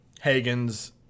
Hagen's